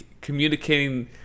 communicating